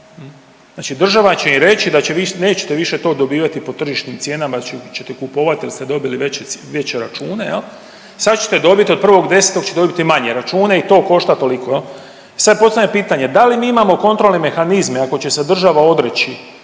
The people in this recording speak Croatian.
Znači država će im reći da vi nećete više to dobivati po tržišnim cijenama ili ćete kupovati jer ste dobili veće račune, sad ćete dobiti, od 1.10. ćete dobiti manje račune i to košta toliko. I sad postavljam pitanje da li mi imamo kontrolne mehanizme ako će se država odreći